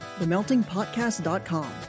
themeltingpodcast.com